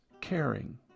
caring